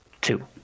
Two